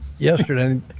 Yesterday